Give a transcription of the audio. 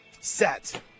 set